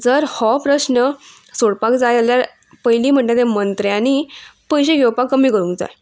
जर हो प्रस्न सोडपाक जाय जाल्यार पयली म्हणटा तें मंत्र्यांनी पयशे घेवपाक कमी करूंक जाय